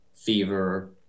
fever